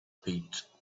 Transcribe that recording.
pit